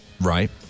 Right